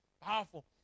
Powerful